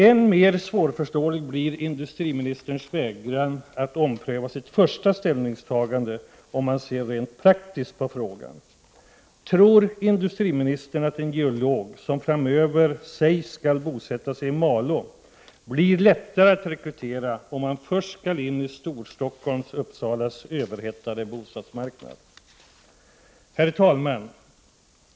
Än mer svårförståelig blir industriministerns vägran att ompröva sitt första ställningstagande om man ser rent praktiskt på frågan. Tror industriministern att en geolog som senare skall bosätta sig i Malå blir lättare att rekrytera om han först skall in på Storstockholms och Uppsalas överhettade bostadsmarknad? Herr talman!